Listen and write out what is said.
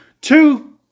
two